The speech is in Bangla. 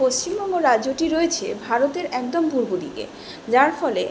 পশ্চিমবঙ্গ রাজ্যটি রয়েছে ভারতের একদম পূর্ব দিকে যার ফলে